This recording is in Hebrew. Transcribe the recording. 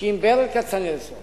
שאם ברל כצנלסון